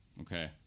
Okay